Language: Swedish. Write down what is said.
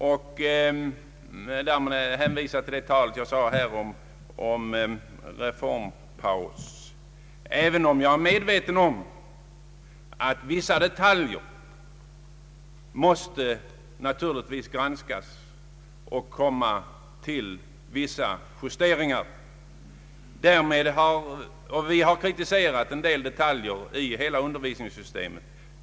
Jag hänvisar till vad jag sade om en reformpaus, även om jag är medveten om att vissa detaljer naturligtvis måste granskas och justeras. Vi har kritiserat en del detaljer i hela undervisningssystemet.